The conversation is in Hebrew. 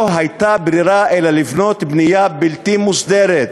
לא הייתה ברירה אלא לבנות בנייה בלתי מוסדרת.